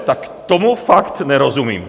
Tak tomu fakt nerozumím!